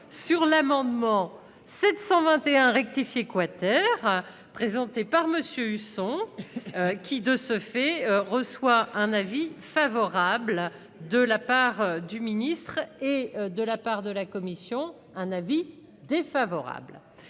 sur l'amendement 721 rectif. Equateur présenté par Monsieur Husson qui de ce fait, reçoit un avis favorable de la part du ministre et de la part de la Commission, un avis défavorable